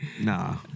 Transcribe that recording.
Nah